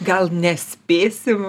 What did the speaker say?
gal nespėsime